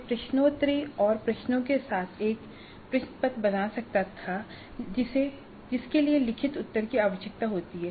मैं प्रश्नोत्तरी और प्रश्नों के साथ एक प्रश्न पत्र बना सकता था जिसके लिए लिखित उत्तर की आवश्यकता होती है